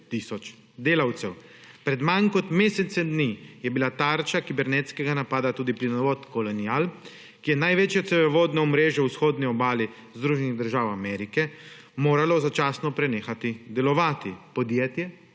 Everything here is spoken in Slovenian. delavcev. Pred manj kot mesecem dni je bila tarča kibernetskega napada tudi plinovod Colonial, ki je največje cevovodno omrežje v vzhodni obali Združenih držav Amerike, moralo začasno prenehati delovati. Podjetje